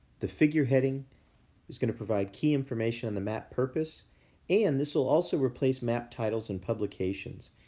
the figure heading is going to provide key information on the map purpose and this will also replace map titles in publications.